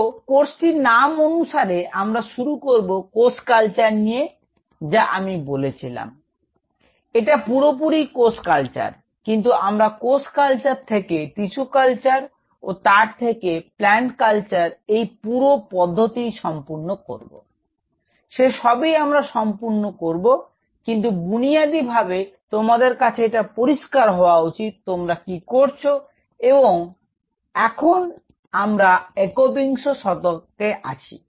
তো কোর্সটির নাম অনুসারে আমরা শুরু করব কোষ কালচার নিয়ে যা আমি বলেছিলাম এটা পুরোপুরিই কোষ কালচার কিন্তু আমরা কোষ কালচার থেকে টিস্যু কালচার ও তার থেকে প্ল্যান্ট কালচার এই পুরো পরিধিটিই সম্পূর্ণ করব সে সবই আমরা সম্পূর্ণ করব কিন্তু বুনিয়াদি ভাবে তোমাদের কাছে এটা পরিস্কার হওয়া উচিত তোমরা কি করছ এবং এখন আমরা একবিংশ শতকে আছি